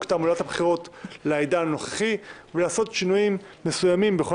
תעמולת הבחירות לעידן הנוכחי ולעשות שינויים מסוימים בכל